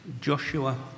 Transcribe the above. Joshua